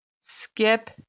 skip